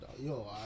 yo